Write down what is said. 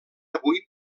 avui